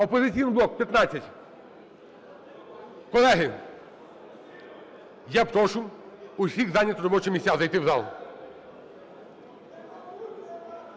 "Опозиційний блок" – 15. Колеги, я прошу усіх зайняти робочі місця, зайти в зал.